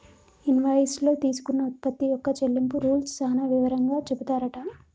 invoice లో తీసుకున్న ఉత్పత్తి యొక్క చెల్లింపు రూల్స్ సాన వివరంగా చెపుతారట